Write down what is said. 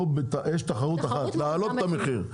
כאן יש התחרות בהעלאת המחיר.